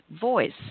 voice